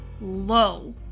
low